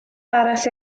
arall